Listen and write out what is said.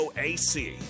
AC